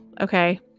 okay